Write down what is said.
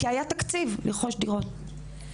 כי היה תקציב לרכוש דירות.